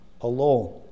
alone